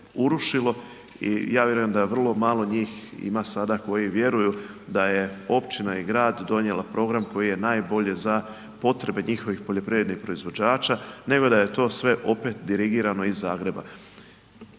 urušilo i ja vjerujem da vrlo malo njih ima sada koji vjeruju da je općina i grad donijela program koji je najbolje za potrebe njihovih poljoprivrednih proizvođača, nego da je to sve opet dirigirano iz Zagreba.